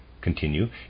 continue